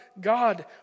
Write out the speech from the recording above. God